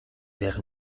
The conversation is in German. wäre